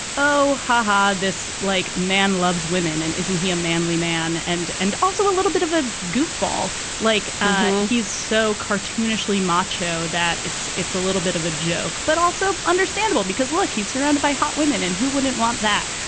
oh, haha, this like man loves women and isn't he a manly man? and and also a little bit of a goofball like he's so cartoonishly macho that it's it's a little bit of a joke, but also understandable because, look, he's surrounded by hot women and who wouldn't want that?